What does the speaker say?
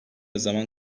zaman